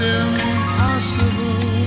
impossible